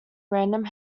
random